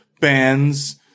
bands